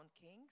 Kings